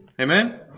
Amen